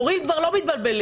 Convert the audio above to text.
הורים כבר לא מתבלבלים,